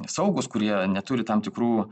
saugūs kurie neturi tam tikrų